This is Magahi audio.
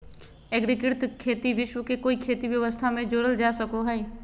एग्रिकृत खेती विश्व के कोई खेती व्यवस्था में जोड़ल जा सको हइ